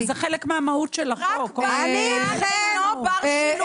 אני אתכם.